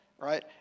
right